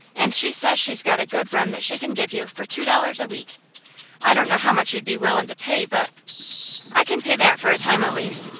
and she says she's got a good room that she can give you for two dollars a week i don't know how much you'd be willing to pay, but i can pay that for a time at least.